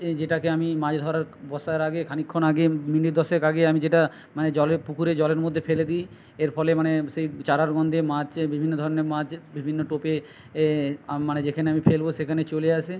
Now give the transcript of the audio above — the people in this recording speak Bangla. এই যেটাকে আমি মাছ ধরার বসার আগে খানিকক্ষণ আগে মিনিট দশেক আগে আমি যেটা মানে জলে পুকুরে জলের মধ্যে ফেলে দিই এর ফলে মানে সেই চারার গন্ধে মাছ বিভিন্ন ধরনের মাছ বিভিন্ন টোপে এ মানে যেখানে আমি ফেলব সেখানে চলে আসে